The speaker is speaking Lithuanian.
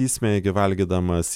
įsmeigi valgydamas